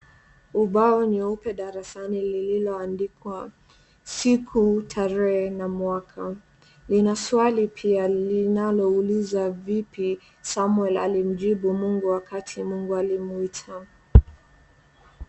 Ubao nyeupe darasani lililo andikwa siku, tarehe na mwaka. Lina swali pia linalouliza vipi Samwel alimjibu Mungu wakati Mungu alimuita.